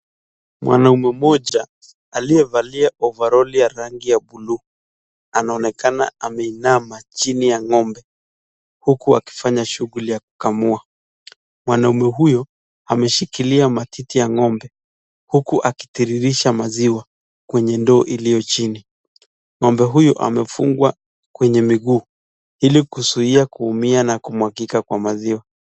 Mwanaume mmoja aliyevalia ovaroli ya rangi ya buluu anaonekana ameinama chini ya ng'ombe huku akifanya shughuli ya kukamua. Mwanaume huyu ameshikilia matiti la ng'ombe huku akitiririsha maziwa kwenye ndoo iliyo chini. Ng'ombe huyu amefungwa kwenye miguu ili kuzuia kuumia na kumwagika kwa maziwa.